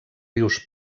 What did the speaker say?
rius